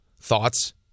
Thoughts